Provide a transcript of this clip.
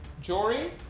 jory